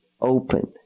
open